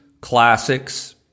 classics